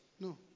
No